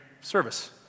service